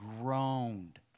groaned